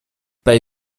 bei